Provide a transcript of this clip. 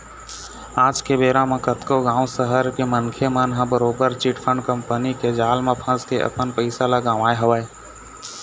आज के बेरा म कतको गाँव, सहर के मनखे मन ह बरोबर चिटफंड कंपनी के जाल म फंस के अपन पइसा ल गवाए हवय